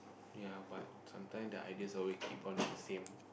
ya but sometime the ideas always keep on the same